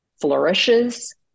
flourishes